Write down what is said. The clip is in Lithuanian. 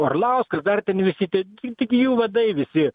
orlauskas dar ten visi tie tik jų vadai visi